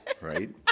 right